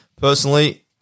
personally